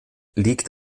liegt